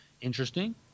Interesting